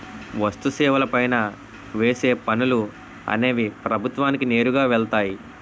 వస్తు సేవల పైన వేసే పనులు అనేవి ప్రభుత్వానికి నేరుగా వెళ్తాయి